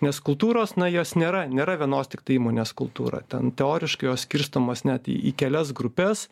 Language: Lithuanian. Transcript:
nes kultūros na jos nėra nėra vienos tiktai įmonės kultūra ten teoriškai jos skirstomos net į kelias grupes